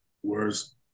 Whereas